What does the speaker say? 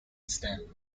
several